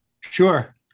Sure